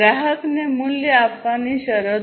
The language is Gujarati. ગ્રાહકને મૂલ્ય આપવાની શરતો